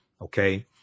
Okay